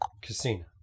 Casino